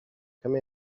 come